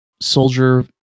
soldier